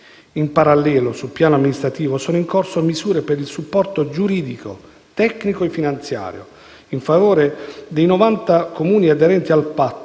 In parallelo, sul piano amministrativo, sono in corso misure per il supporto giuridico, tecnico e finanziario in favore dei novanta Comuni aderenti al